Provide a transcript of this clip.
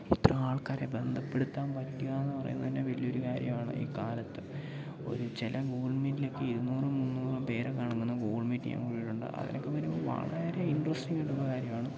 ഇത്രയും ആൾക്കാരെ ബന്ധപ്പെടുത്താൻ പറ്റുകയെന്നു പറയുന്നതു തന്നെ വലിയൊരു കാര്യമാണ് ഈ കാലത്ത് ഒരു ചില ഗൂഗിൾ മീറ്റിലൊക്കെ ഇരുനൂറു മുന്നൂറും പേരൊക്കെ അടങ്ങുന്ന ഗൂഗിൾ മീറ്റ് ഞാൻ കൂടിയിട്ടുണ്ട് അതിനൊക്കെ പിന്നെ വളരെ ഇൻട്രസ്റ്റിങ്ങായിട്ടുള്ള കാര്യമാണ്